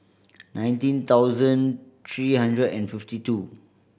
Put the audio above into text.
nineteen thousand three hundred and fifty two